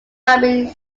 darby